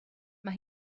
mae